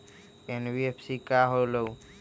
NBFC का होलहु?